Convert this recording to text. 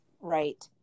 Right